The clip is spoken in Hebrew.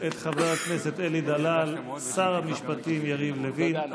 אלי דלל שר המשפטים יריב לוין.